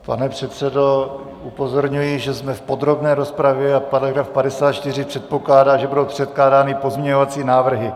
Pane předsedo, upozorňuji, že jsme v podrobné rozpravě a § 54 předpokládá, že budou předkládány pozměňovací návrhy.